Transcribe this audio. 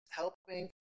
helping